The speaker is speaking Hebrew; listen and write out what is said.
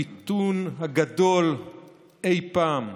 המיתון הגדול אי פעם,